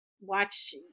watch